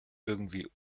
irgendwie